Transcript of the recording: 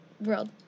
world